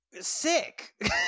sick